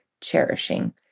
cherishing